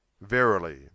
verily